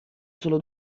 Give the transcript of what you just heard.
solo